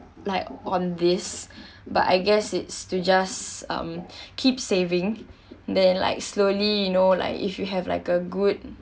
like on this but I guess it's to just um keep saving then like slowly you know like if you have like a good